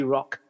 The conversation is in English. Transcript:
Rock